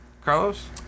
Carlos